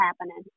happening